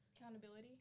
accountability